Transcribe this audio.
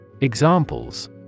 Examples